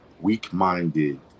weak-minded